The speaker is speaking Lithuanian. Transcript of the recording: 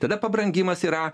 tada pabrangimas yra